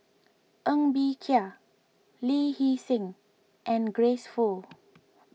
Ng Bee Kia Lee Hee Seng and Grace Fu